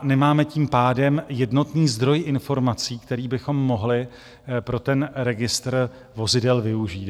Nemáme tím pádem jednotný zdroj informací, který bychom mohli pro ten registr vozidel využít.